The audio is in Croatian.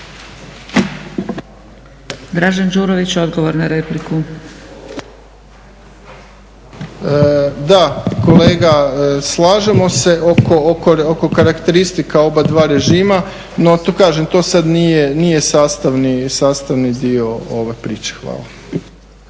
**Đurović, Dražen (HDSSB)** Da, kolega slažemo se oko karakteristika oba dva režima, no to kažem, to sada nije sastavni dio ove priče. Hvala.